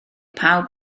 pawb